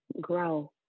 grow